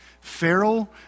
Pharaoh